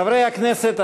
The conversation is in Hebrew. חברי הכנסת,